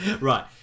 Right